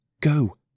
Go